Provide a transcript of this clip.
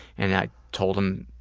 and i told him,